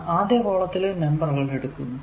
നാം ആദ്യ കോളത്തിലെ നമ്പറുകൾ എടുക്കുന്നു